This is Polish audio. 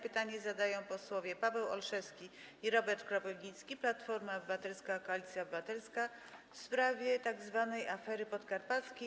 Pytanie zadają posłowie Paweł Olszewski i Robert Kropiwnicki, Platforma Obywatelska - Koalicja Obywatelska, w sprawie tzw. afery podkarpackiej.